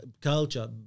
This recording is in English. culture